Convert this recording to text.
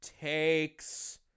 takes